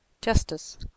justice